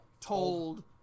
told